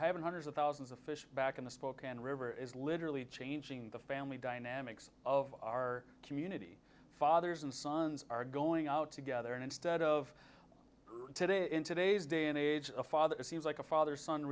eaven hundreds of thousands of fish back in the spokane river is literally changing the family dynamics of our community fathers and sons are going out together and instead of today in today's day and age a father is he like a father son